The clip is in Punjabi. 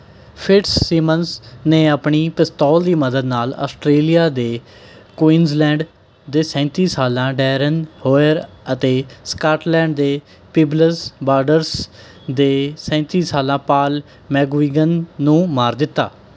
ਫਿਟਸ ਸਿਮਨਸ ਨੇ ਆਪਣੀ ਪਿਸਤੌਲ ਦੀ ਮਦਦ ਨਾਲ ਆਸਟ੍ਰੇਲੀਆ ਦੇ ਕੁਈਨਜ਼ਲੈਂਡ ਦੇ ਸੈਂਤੀ ਸਾਲਾ ਡੈਰਨ ਹੋਇਰ ਅਤੇ ਸਕਾਟਲੈਂਡ ਦੇ ਪੀਬਲਜ਼ ਬਾਰਡਰਜ਼ ਦੇ ਸੈਂਤੀ ਸਾਲਾ ਪਾਲ ਮੈਗਗੁਇਗਨ ਨੂੰ ਮਾਰ ਦਿੱਤਾ